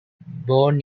born